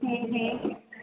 हूं हूं